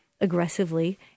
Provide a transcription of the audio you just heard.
aggressively